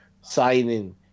signing